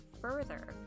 further